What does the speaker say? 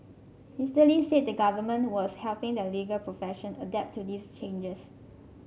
Mister Lee said the Government was helping the legal profession adapt to these changes